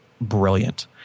brilliant